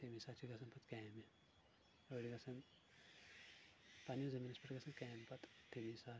تیٚمی ساتہٕ چھ گژھان پَتہٕ کامہِ أڈۍ گژھان پنٕنِس زمیٖنَس پٮ۪ٹھ گژھان کامہِ پَتہٕ تیٚمی ساتہٕ